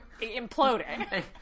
imploding